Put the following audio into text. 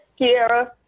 Kiara